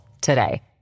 today